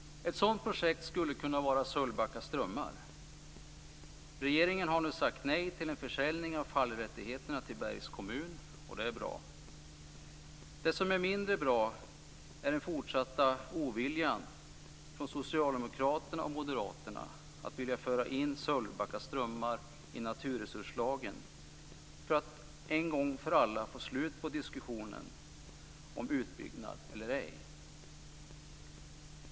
Ett projekt skulle kunna vara Sölvbacka strömmar. Regeringen har nu sagt nej till en försäljning av fallrättigheterna till Bergs kommun, och det är bra. Det som är mindre bra är den fortsatta oviljan från Socialdemokraterna och Moderaterna att föra in Sölvbacka strömmar i naturresurslagen för att en gång för alla få slut på diskussionen om utbyggnad eller ej.